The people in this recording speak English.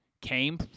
came